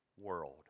world